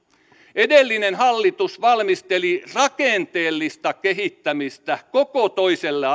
edellinen hallitus valmisteli rakenteellista kehittämistä koko toiselle